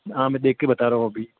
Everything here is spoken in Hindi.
हाँ मैं देख के बता रहा हूँ अभी